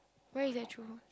where is that true